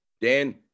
Dan